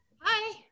hi